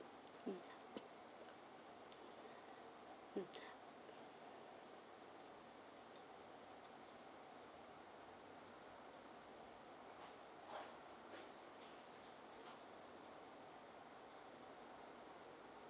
mm mm